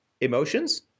emotions